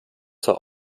zur